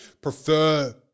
prefer